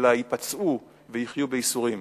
אלא ייפצעו ויחיו בייסורים.